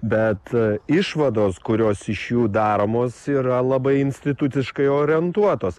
bet išvados kurios iš jų daromos yra labai instituciškai orientuotos